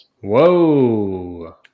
Whoa